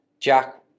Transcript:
Jack